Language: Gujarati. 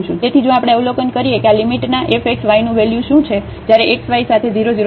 તેથી જો આપણે અવલોકન કરીએ કે આ લિમિટના f xy નું વેલ્યુ શું છે જ્યારે x y સાથે 0 0 પર જશે